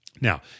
Now